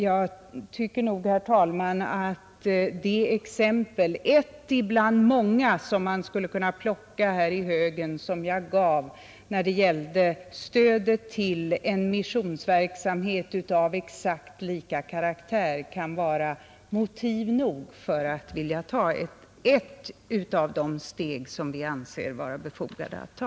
Jag tycker, herr talman, att det exempel — ett ibland många som man skulle kunna plocka här i högen — som jag gav när det gällde behandlingen av missionsverksamhet av exakt samma karaktär kan vara motiv nog för att ta ett av de steg som vi anser vara befogade att ta.